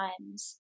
times